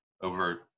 over